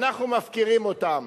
אבל אנחנו מפקירים אותם.